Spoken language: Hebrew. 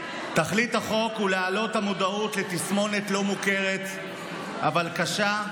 תכלית החוק היא להעלות את המודעות לתסמונת לא מוכרת אבל קשה,